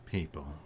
People